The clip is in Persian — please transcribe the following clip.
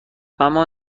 اما